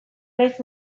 naiz